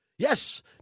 Yes